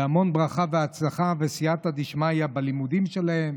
בהמון ברכה והצלחה וסייעתא דשמיא בלימודים שלהם,